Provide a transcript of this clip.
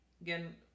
again